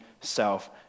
self